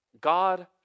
God